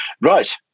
Right